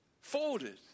folded